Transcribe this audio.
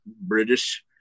British